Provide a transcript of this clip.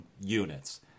units